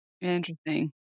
Interesting